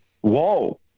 whoa